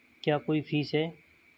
क्या कोई फीस है?